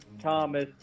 Thomas